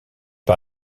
par